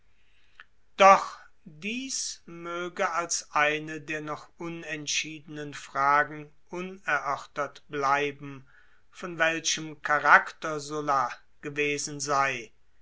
doch dieß möge als eine der noch unentschiedenen fragen unerörtert bleiben von welchem charakter sulla gewesen sei